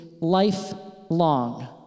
lifelong